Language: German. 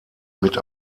mit